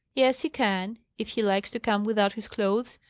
yes, he can if he likes to come without his clothes,